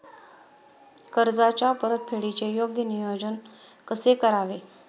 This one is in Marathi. कर्जाच्या परतफेडीचे योग्य नियोजन कसे करावे?